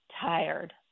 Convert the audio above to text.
tired